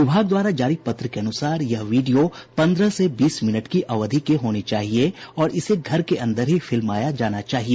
विभाग द्वारा जारी पत्र के अनुसार यह वीडियो पन्द्रह से बीस मिनट की अवधि के होने चाहिए और इसे घर के अन्दर ही फिल्माया जाना चाहिए